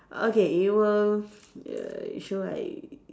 okay it will ya it show like